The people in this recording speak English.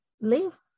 live